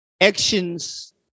actions